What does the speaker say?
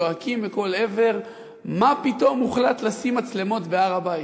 זועקים מכל עבר: מה פתאום הוחלט לשים מצלמות בהר-הבית?